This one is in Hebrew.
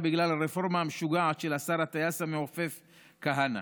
בגלל הרפורמה המשוגעת של השר הטייס המעופף כהנא.